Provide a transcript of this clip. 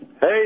Hey